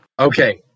Okay